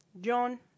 John